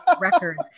records